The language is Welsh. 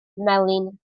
melin